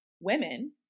women